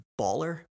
Baller